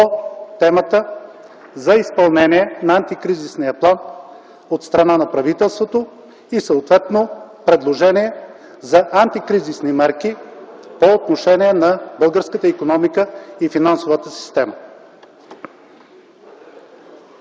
по темата за изпълнение на антикризисния план от страна на правителството и съответно предложения за антикризисни мерки по отношение на българската икономика и финансовата система.